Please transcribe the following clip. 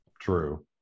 True